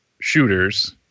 shooters